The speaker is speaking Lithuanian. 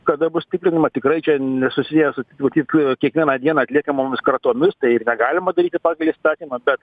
kada bus tikrinama tikrai čia nesusiję su matyt kiekvieną dieną atliekamomis kratomis tai ir negalima daryti pagal įstatymą bet